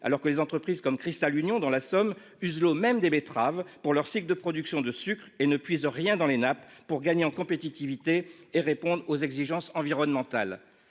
alors que les entreprises comme Cristal-Union Union dans la Somme. Même des betteraves pour leur cycle de production de sucre et ne puisse rien dans les nappes pour gagner en compétitivité et répondre aux exigences environnementales.